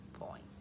point